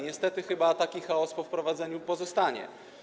Niestety chyba taki chaos po wprowadzeniu pozostanie.